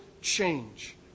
change